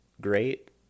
great